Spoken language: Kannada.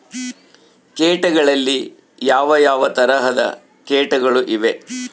ಕೇಟಗಳಲ್ಲಿ ಯಾವ ಯಾವ ತರಹದ ಕೇಟಗಳು ಇವೆ?